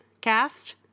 cast